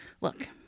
look